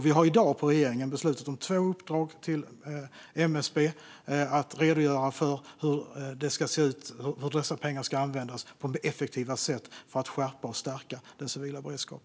Vi har i dag i regeringen beslutat om två uppdrag till MSB att redogöra för hur dessa pengar ska användas på det mest effektiva sättet för att skärpa och stärka den civila beredskapen.